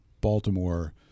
Baltimore